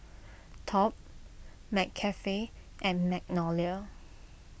Top McCafe and Magnolia